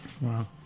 Wow